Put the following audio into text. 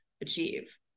achieve